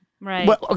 right